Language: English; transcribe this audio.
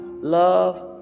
Love